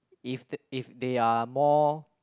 if if they are more